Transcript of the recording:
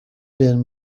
been